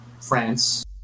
France